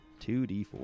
2d4